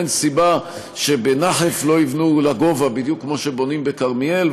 אין סיבה שבנחף לא יבנו לגובה בדיוק כמו שבונים בכרמיאל,